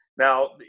Now